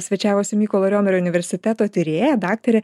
svečiavosi mykolo riomerio universiteto tyrėja daktarė